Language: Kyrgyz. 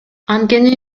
анткени